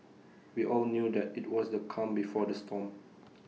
we all knew that IT was the calm before the storm